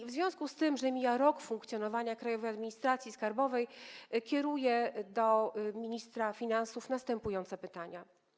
W związku z tym, że mija rok funkcjonowania Krajowej Administracji Skarbowej, kieruję do ministra finansów następujące pytania: